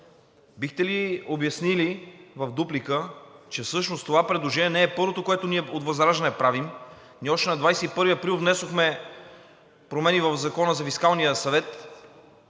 Бихте ли обяснили в дуплика, че всъщност това предложение не е първото, което ние от ВЪЗРАЖДАНЕ правим. Ние още на 21 април внесохме промени в Закона за Фискалния съвет,